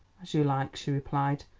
as you like, she replied.